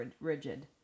rigid